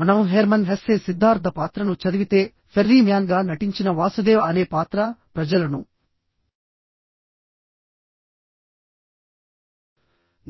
మనం Hermann Hesse Siddhartha పాత్రను చదివితే ఫెర్రీ మ్యాన్గా నటించిన వాసుదేవ అనే పాత్ర ప్రజలను